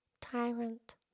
Tyrant